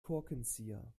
korkenzieher